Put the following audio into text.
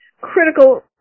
critical